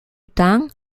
temps